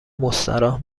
مستراح